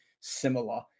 similar